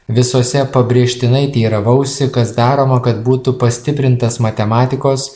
visose pabrėžtinai teiravausi kas daroma kad būtų pastiprintas matematikos